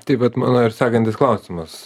taip bet mano yra sekantis klausimas